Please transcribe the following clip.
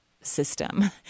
system